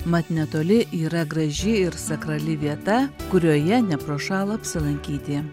mat netoli yra graži ir sakrali vieta kurioje neprošal apsilankyti